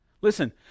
Listen